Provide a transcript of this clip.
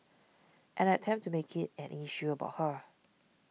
and attempt to make it an issue about her